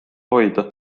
hoida